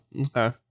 Okay